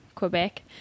Quebec